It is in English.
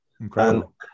Incredible